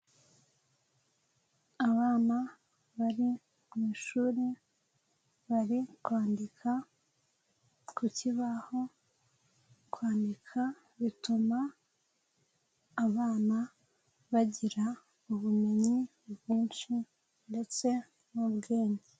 Abana bari mu ishuri bari kwandika ku kibaho kwandika bituma abana bagira ubumenyi bwinshi ndetse n'ubwenge.